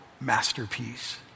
masterpiece